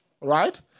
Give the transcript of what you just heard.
Right